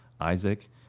Isaac